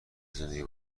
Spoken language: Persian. زندگی